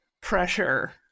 pressure